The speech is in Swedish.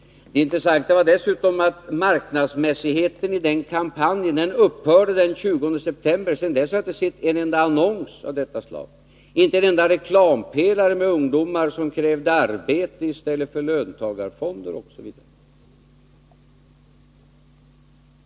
Det intressanta var dessutom att marknadsmässigheten i denna kampanj upphörde den 20 september. Sedan dess har jag inte sett en enda annons i samma riktning, inte en enda reklampelare med ungdomar som kräver arbete i stället för löntagarfonder osv.